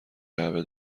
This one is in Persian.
جعبه